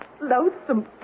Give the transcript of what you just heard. loathsome